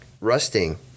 rusting